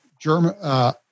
German